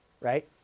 right